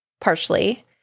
Partially